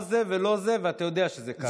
לא זה, לא זה ולא זה, ואתה יודע שזה כך.